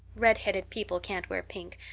redheaded people can't wear pink,